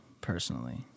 personally